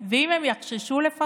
הם צריכים לפרסם, ואם הם יחששו לפרסם